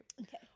Okay